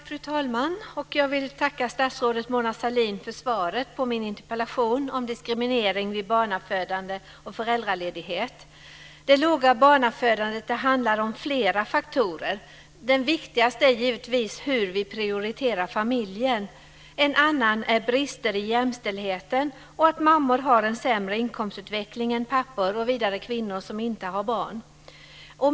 Fru talman! Jag vill tacka statsrådet Mona Sahlin för svaret på min interpellation om diskriminering vid barnafödande och föräldraledighet. Det låga barnafödandet handlar om flera faktorer. Den viktigaste är givetvis hur vi prioriterar familjen. En annan är brister i jämställdheten och att mammor har en sämre inkomstutveckling än pappor och kvinnor som inte har barn.